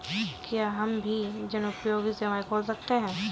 क्या हम भी जनोपयोगी सेवा खोल सकते हैं?